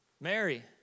Mary